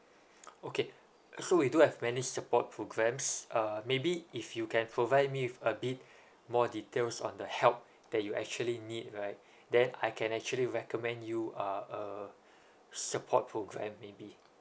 okay so we do have many support programmes uh maybe if you can provide me with a bit more details on the help that you actually need right then I can actually recommend you uh a support programme maybe